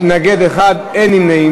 מתנגד אחד, אין נמנעים.